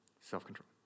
self-control